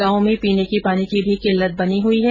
गांवों में पीने के पानी की भी किल्लत बनी हुई है